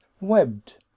Webbed